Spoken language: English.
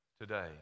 today